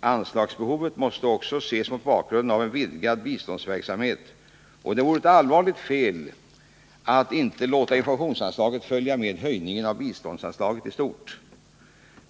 Anslagsbehovet måste också ses mot bakgrunden av en vidgad biståndsverksamhet, och det vore ett allvarligt fel att inte låta informationsanslaget följa med höjningen av biståndsanslaget i stort.